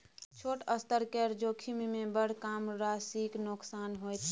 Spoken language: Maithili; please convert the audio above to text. छोट स्तर केर जोखिममे बड़ कम राशिक नोकसान होइत छै